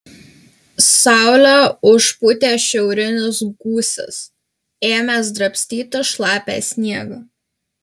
saulę užpūtė šiaurinis gūsis ėmęs drabstyti šlapią sniegą